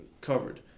Covered